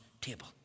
table